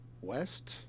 west